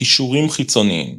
קישורים חיצוניים ==